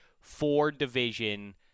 four-division